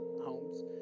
homes